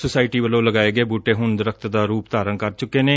society ਵੱਲੋਂ ਲਗਾਏ ਗਏ ਬੁਟੇ ਹੁਣ ਦਰਖਤ ਦਾ ਰੁਪ ਧਾਰਨ ਕਰ ਚੁੱਕੇ ਨੇ